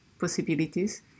possibilities